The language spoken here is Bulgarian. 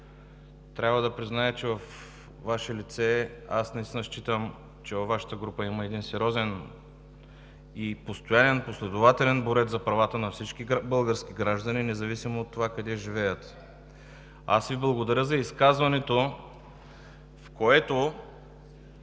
трябва да призная, че във Ваше лице наистина считам, че във Вашата група има един сериозен, постоянен и последователен борец за правата на всички български граждани, независимо от това къде живеят. Благодаря Ви за изказването, в което